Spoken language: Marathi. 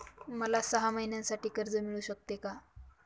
मला सहा महिन्यांसाठी कर्ज मिळू शकते का?